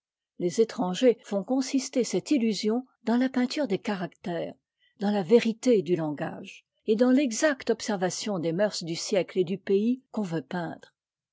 les étrangers font consister cette illusion dans la peinture des caractères dans la vérité du langage et dans l'exacte observation des mœurs du siècle et du pays qu'on veut peindre